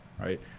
right